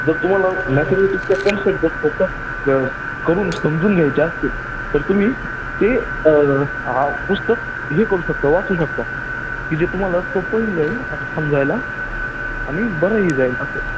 जर तुम्हाला मॅथमॅटिक्सच्या कन्सेप्ट जर फक्त क करून समजून घ्यायच्या असतील तर तुम्ही ते हा पुस्तक हे करू शकता वाचू शकता की जे तुम्हाला सोपंही जाईल आणि समजायला आणि बरंही जाईल असं